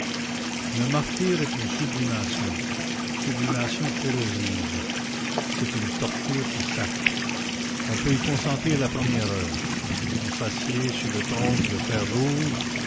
le martyre est une sublimation sublimation corrosive c'est une torture qui sacre on peut y consentir la première heure on s'assied sur le trône de fer rouge